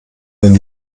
den